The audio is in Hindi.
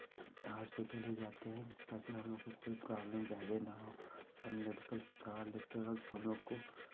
हॉस्पिटल ही जाते हैं ताकि हम लोग को कोई प्रॉब्लेम ज़्यादे ना हो और मेडिकल से दवा लेते वक्त हम लोग को